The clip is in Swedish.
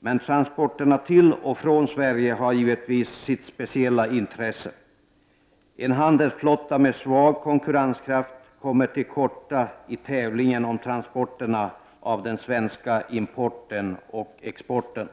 men transporterna till och från Sverige har givetvis sitt speciella intresse. En handelsflotta med svag konkurrenskraft kommer till korta i tävlingen om transporterna av den svenska importen och exporten.